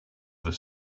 his